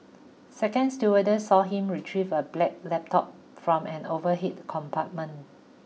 a second stewardess saw him retrieve a black laptop from an overhead compartment